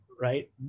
right